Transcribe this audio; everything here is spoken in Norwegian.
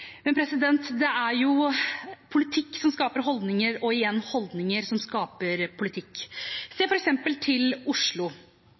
Men det er jo politikk som skaper holdninger, og igjen holdninger som skaper politikk.